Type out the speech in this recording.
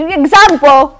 example